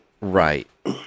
right